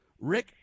Rick